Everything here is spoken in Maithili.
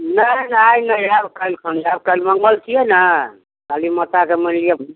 नहि आइ नहि आएब काल्हि खन आएब काल्हि मङ्गल छियै ने काली माताके मानि लिअ